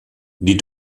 die